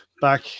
back